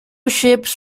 ships